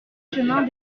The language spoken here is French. chemin